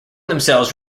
themselves